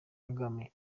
kagame